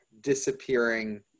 disappearing